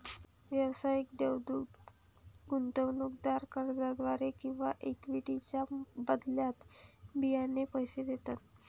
व्यावसायिक देवदूत गुंतवणूकदार कर्जाद्वारे किंवा इक्विटीच्या बदल्यात बियाणे पैसे देतात